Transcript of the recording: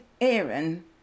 Aaron